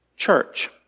church